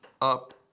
up